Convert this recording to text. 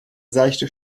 seichte